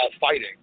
fighting